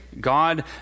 God